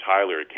Tyler